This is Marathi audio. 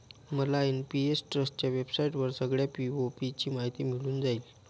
मला एन.पी.एस ट्रस्टच्या वेबसाईटवर सगळ्या पी.ओ.पी ची माहिती मिळून जाईल